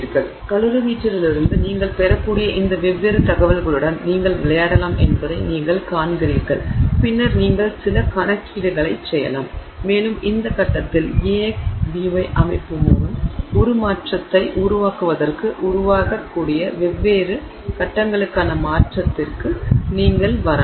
எனவே கலோரிமீட்டரிலிருந்து நீங்கள் பெறக்கூடிய இந்த வெவ்வேறு தகவல்களுடன் நீங்கள் விளையாடலாம் என்பதை நீங்கள் காண்கிறீர்கள் பின்னர் நீங்கள் சில கணக்கீடுகளைச் செய்யலாம் மேலும் இந்த கட்டத்தில் Ax By அமைப்பு மூலம் உருமாற்றத்தை உருவாக்குவதற்கு உருவாக்கக்கூடிய வெவ்வேறு கட்டங்களுக்கான மாற்றத்திற்கு நீங்கள் வரலாம்